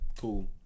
cool